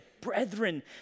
brethren